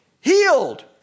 healed